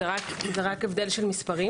זה רק הבדל של מספרים.